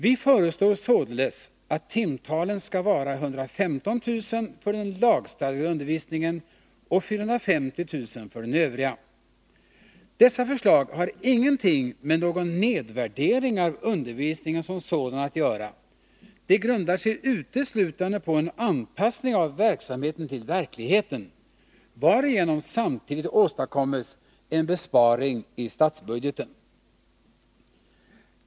Vi föreslår således att timtalen skall vara 115 000 för den lagstadgade undervisningen och 450 000 för den övriga. Dessa förslag har ingenting med någon nedvärdering av undervisningen som sådan att göra. De grundar sig uteslutande på en anpassning av verksamheten till verkligheten, varigenom samtidigt åstadkommes en besparing i statsbudgeten.